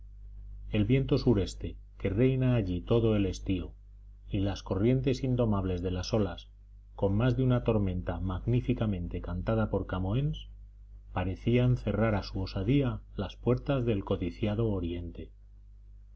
el viento se que reina allí todo el estío y las corrientes indomables de las olas con más de una tormenta magníficamente cantada por camoens parecían cerrar a su osadía las puertas del codiciado oriente